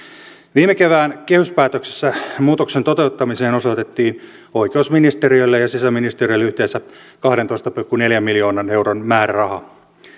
viime kevään kehyspäätöksessä muutoksen toteuttamiseen osoitettiin oikeusministeriölle ja ja sisäministeriölle yhteensä kahdentoista pilkku neljän miljoonan euron määräraha